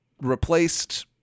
replaced